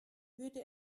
würde